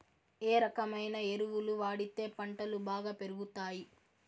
ఏ రకమైన ఎరువులు వాడితే పంటలు బాగా పెరుగుతాయి?